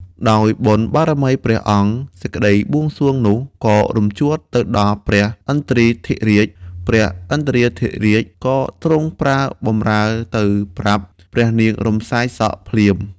ដោយបុណ្យបារមីព្រះអង្គ សេចក្តីបួងសួងនោះ ក៏រំជួលទៅដល់ព្រះឥន្ទ្រាធិរាជ ព្រះឥន្ទ្រាធិរាជក៏ទ្រង់ប្រើបម្រើទៅប្រាប់ ព្រះនាង រំសាយសក់ ភ្លាម ។